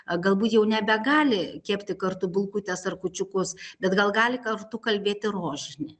galbūt jau nebegali kepti kartu bulkutes ar kūčiukus bet gal gali kartu kalbėti rožinį